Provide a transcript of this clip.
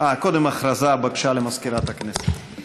קודם הודעה למזכירת הכנסת, בבקשה.